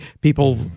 People